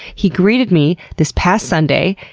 he greeted me this past sunday,